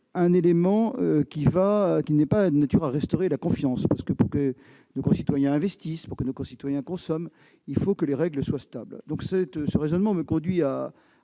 un élément qui n'est pas de nature à restaurer la confiance. Pour que nos concitoyens investissent et consomment, il faut que les règles soient stables. Ce raisonnement me conduit